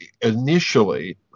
initially